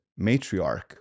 matriarch